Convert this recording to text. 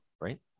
Right